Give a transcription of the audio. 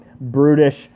brutish